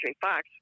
Fox